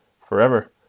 forever